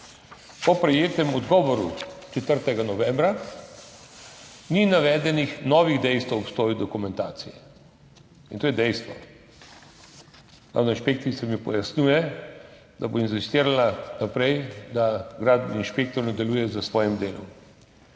Po prejetem odgovoru 4. novembra ni navedenih novih dejstev o obstoju dokumentacije. To je dejstvo. Glavna inšpektorica mi je pojasnila, da bo investirala naprej, da gradbeni inšpektor nadaljuje s svojim delom.